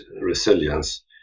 resilience